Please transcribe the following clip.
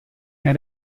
nel